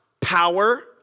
power